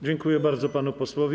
Dziękuję bardzo panu posłowi.